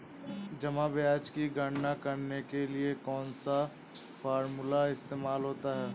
जमा ब्याज की गणना करने के लिए कौनसा फॉर्मूला इस्तेमाल होता है?